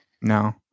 no